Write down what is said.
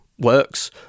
works